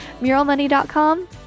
Muralmoney.com